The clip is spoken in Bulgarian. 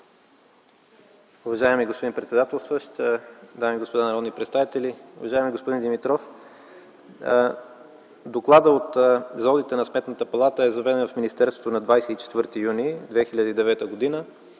Уважаеми господин председателстващ, дами и господа народни представители! Уважаеми господин Димитров, докладът за одита на Сметната палата е заведен в министерството на 24 юни 2009 г.